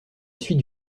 suite